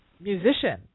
musician